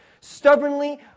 stubbornly